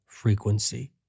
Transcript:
frequency